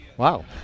Wow